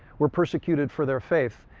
were persecuted for their faith,